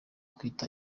kwita